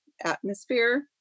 atmosphere